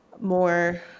More